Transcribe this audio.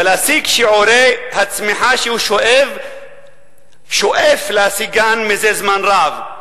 ולהשיג את שיעורי הצמיחה שהוא שואף להשיגם זה זמן רב.